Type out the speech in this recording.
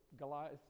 Goliath